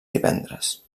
divendres